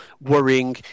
worrying